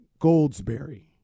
Goldsberry